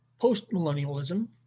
postmillennialism